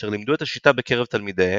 אשר לימדו את השיטה בקרב תלמידיהם,